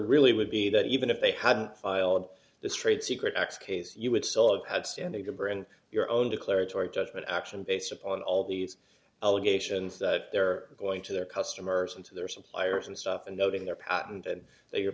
really would be that even if they had filed this trade secret acts case you would still have had standing to bring your own declaratory judgment action based upon all these allegations that they're going to their customers and to their suppliers and stuff and that in their patent and they